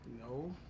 No